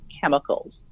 chemicals